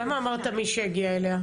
למה אמרת, מי שמגיע אליה?